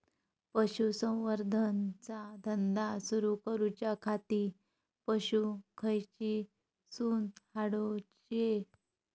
पशुसंवर्धन चा धंदा सुरू करूच्या खाती पशू खईसून हाडूचे?